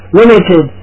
limited